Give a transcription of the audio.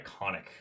iconic